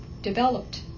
developed